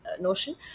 notion